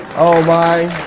oh my.